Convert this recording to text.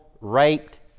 raped